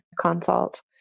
consult